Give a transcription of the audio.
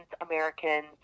Americans